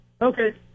Okay